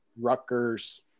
Rutgers